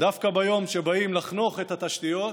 דווקא ביום שבאים לחנוך את התשתיות,